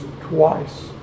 twice